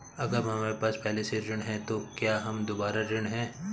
अगर हमारे पास पहले से ऋण है तो क्या हम दोबारा ऋण हैं?